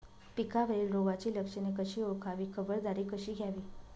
पिकावरील रोगाची लक्षणे कशी ओळखावी, खबरदारी कशी घ्यावी?